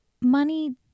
Money